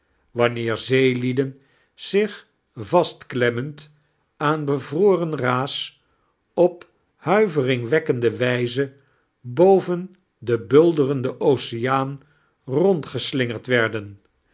wanneer zeelieden zioh vastklemmend aan bevroren raas op huiveringwekkende wijze boven den bulderenden oceaan rondgeslingerd weirden